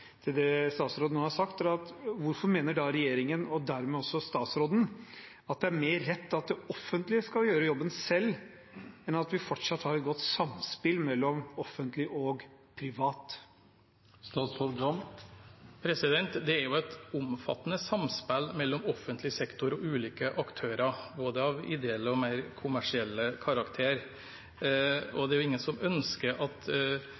det statsråden nå har sagt, spørre: Hvorfor mener da regjeringen – dermed også statsråden – at det er mer rett at det offentlige skal gjøre jobben selv, enn at vi fortsatt skal ha et godt samspill mellom offentlig og privat? Det er et omfattende samspill mellom offentlig sektor og ulike aktører, av både ideell og mer kommersiell karakter. Det er ingen som ønsker at